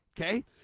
okay